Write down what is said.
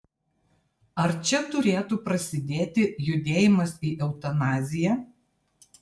ar čia turėtų prasidėti judėjimas į eutanaziją